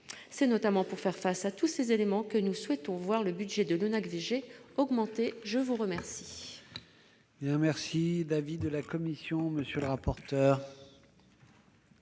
C'est notamment pour faire face à tous ces éléments que nous souhaitons voir le budget de l'ONAC-VG augmenter. Quel